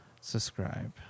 subscribe